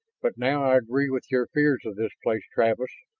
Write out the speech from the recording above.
but now i agree with your fears of this place, travis.